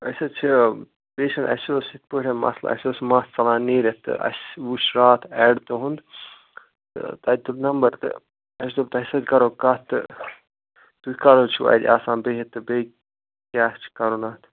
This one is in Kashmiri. أسۍ حظ چھِ پیشٮ۪نٛٹ اَسہِ اوس یِتھ پٲٹھۍ مسلہٕ اَسہِ اوس مَس ژَلان نیٖرِتھ تہٕ اَسہِ وٕچھ راتھ اٮ۪ڈ تُہُنٛد تہٕ تَتہِ تُل نمبر تہٕ اَسہِ دوٚپ تۄہہِ سۭتۍ کرو کَتھ تہٕ تُہۍ کَر حظ چھُو اَتہِ آسان بِہِتھ تہٕ بیٚیہِ کیٛاہ چھِ کرُن اَتھ